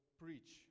preach